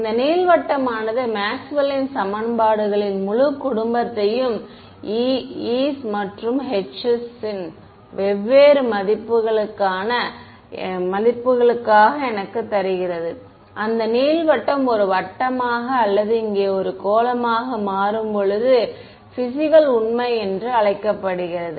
இந்த நீள்வட்டமானது மேக்ஸ்வெல்லின் சமன்பாடுகளின் முழு குடும்பத்தையும் e's மற்றும் h's இன் வெவ்வேறு மதிப்புகளுக்காக எனக்குத் தருகிறது அந்த நீள்வட்டம் ஒரு வட்டமாக அல்லது இங்கே ஒரு கோளமாக மாறும்போது பிஸிக்கல் உண்மை என்று அழைக்கப்படுகிறது